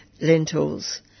lentils